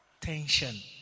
Tension